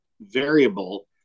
variable